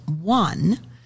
One